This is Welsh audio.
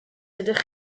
ydych